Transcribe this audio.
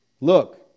Look